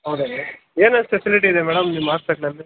ಹೌದಾ ಮೇಡಮ್ ಏನೇನು ಫೆಸಿಲಿಟಿ ಇದೆ ಮೇಡಮ್ ನಿಮ್ಮ ಆಸ್ಪೆಟ್ಲಲ್ಲಿ